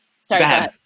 sorry